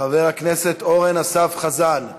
חבר הכנסת אורן אסף חזן,